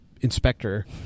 inspector